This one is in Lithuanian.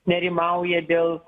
nerimauja dėl